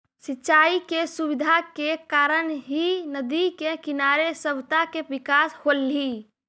सिंचाई के सुविधा के कारण ही नदि के किनारे सभ्यता के विकास होलइ